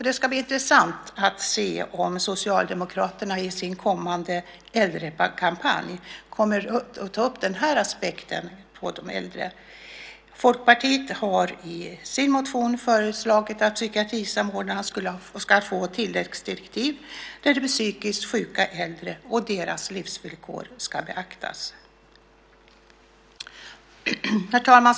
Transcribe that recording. Det ska bli intressant att se om Socialdemokraterna i sin kommande äldrekampanj tar upp den aspekten vad gäller de äldre. Folkpartiet har i sin motion föreslagit att psykiatrisamordnaren ska få ett tilläggsdirektiv där de psykiskt sjuka äldre och deras livsvillkor beaktas. Herr talman!